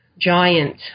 giant